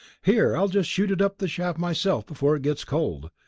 here, i'll just shoot it up the shaft myself before it gets cold.